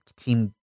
Team